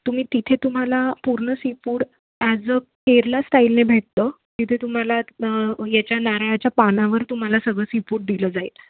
तुम्ही तिथे तुम्हाला पूर्ण सिफूड ॲज अ केरला स्टाईलने भेटतं तिथे तुम्हाला याच्या नारळाच्या पानावर तुम्हाला सगळं सिफूड दिलं जाईल